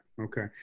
Okay